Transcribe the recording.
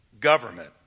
government